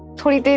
twenty